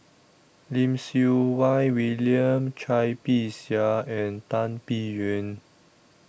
Lim Siew Wai William Cai Bixia and Tan Biyun